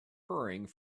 hurrying